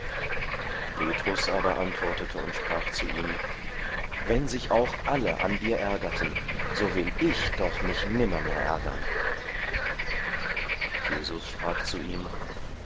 petrus aber antwortete und sprach zu ihm wenn sich auch alle an dir ärgerten so will ich doch mich nimmermehr ärgern jesus sprach zu ihm